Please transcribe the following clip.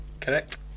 Correct